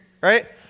right